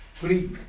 Greek